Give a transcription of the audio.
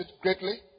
greatly